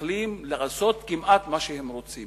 למתנחלים לעשות כמעט מה שהם רוצים,